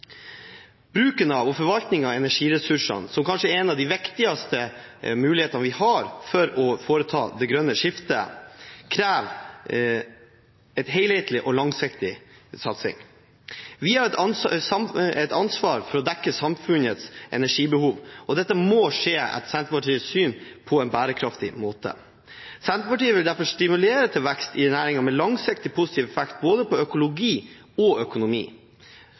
Bruken og forvaltningen av energiressursene, som kanskje er en av de viktigste mulighetene vi har for å foreta det grønne skiftet, krever helhetlig og langsiktig satsing. Vi har et ansvar for å dekke samfunnets energibehov, og dette må etter Senterpartiets syn skje på en bærekraftig måte. Senterpartiet vil derfor stimulere til vekst i næringer med langsiktig, positiv effekt på både økologi og økonomi.